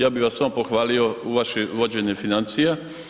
Ja bih vas samo pohvalio u vašem vođenju financija.